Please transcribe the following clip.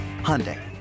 Hyundai